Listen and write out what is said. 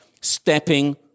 stepping